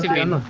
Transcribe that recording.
in